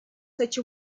hecho